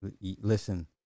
listen